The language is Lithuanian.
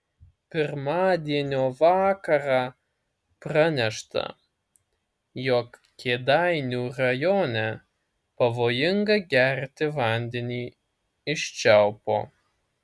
pirmadienio vakarą pranešta jog kėdainių rajone pavojinga gerti vandenį iš čiaupo